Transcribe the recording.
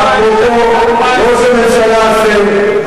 ראש הממשלה הזה,